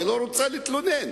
ולא רוצה להתלונן.